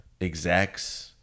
execs